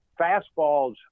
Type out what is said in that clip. fastballs